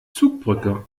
zugbrücke